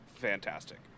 fantastic